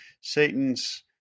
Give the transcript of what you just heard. Satan's